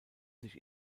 sich